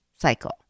cycle